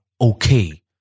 okay